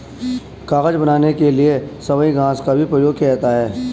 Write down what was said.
कागज बनाने के लिए सबई घास का भी प्रयोग किया जाता है